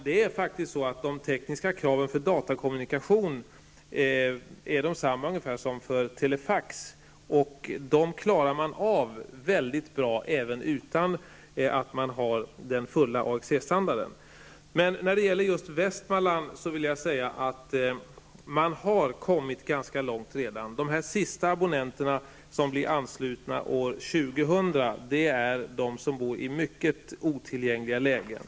De tekniska kraven för datakommunikation är faktiskt ungefär desamma som för telefax. Sådan kommunikation klarar man mycket bra av utan att ha den fulla AXE I just Västmanland vill jag säga att man redan har kommit ganska långt. De sista abonnenterna, som blir anslutna år 2000, är de som bor på mycket otillgängliga ställen.